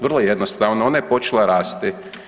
Vrlo jednostavno, ona je počela rasti.